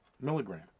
Milligram